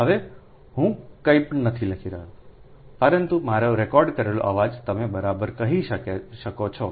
હવે હું કાંઈ પણ નથી લખી રહ્યો પરંતુ મારો રેકોર્ડ કરેલો અવાજ તમે બરાબર કરી શકો છો